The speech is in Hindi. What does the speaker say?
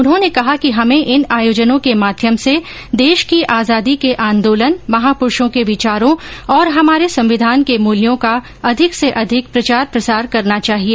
उन्होंने कहा कि हमें इन आयोजनों के माध्यम से देश की आजादी के आंदोलन महापुरूषों के विचारों और हमारे संविधान के मूल्यों का अधिक से अधिक प्रचार प्रसार करना चाहिए